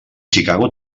chicago